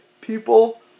people